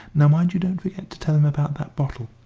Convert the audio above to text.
now mind you don't forget to tell him about that bottle.